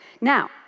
Now